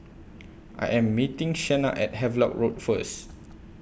I Am meeting Shenna At Havelock Road First